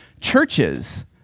churches